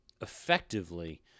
effectively